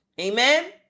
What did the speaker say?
Amen